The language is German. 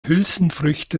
hülsenfrüchte